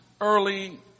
early